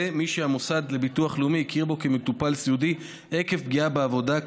מי שהמוסד לביטוח לאומי הכיר בו כמטופל סיעודי עקב פגיעה בעבודה,